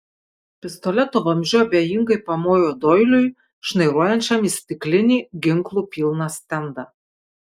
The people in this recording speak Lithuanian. pistoleto vamzdžiu abejingai pamojo doiliui šnairuojančiam į stiklinį ginklų pilną stendą